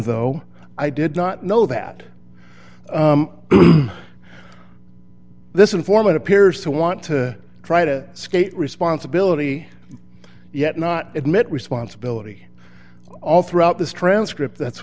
though i did not know that this informant appears to want to try to escape responsibility yet not admit responsibility all throughout this transcript that's